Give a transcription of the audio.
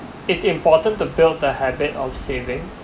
it's important to build a habit of saving